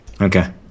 Okay